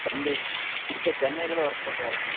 தம்பி இப்போ சென்னையில் தான் ஒர்க் பண்ணுறாருங்க